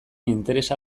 interesa